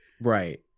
Right